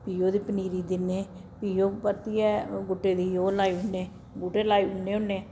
फ्ही ओह्दी पनीरी दिन्ने फ्ही ओह् परतियै गु'ट्टे दी ओह् लाई ओड़ने बूह्टे लाई ओड़ने होन्ने